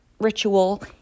ritual